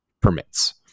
permits